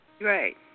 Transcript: Right